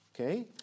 Okay